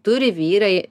turi vyrai